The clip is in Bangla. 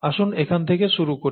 আসুন এখান থেকে শুরু করি